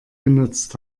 genutzt